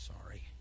sorry